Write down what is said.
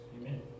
Amen